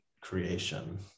creation